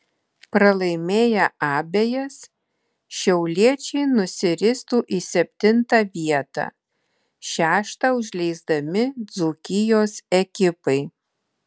pralaimėję abejas šiauliečiai nusiristų į septintą vietą šeštą užleisdami dzūkijos ekipai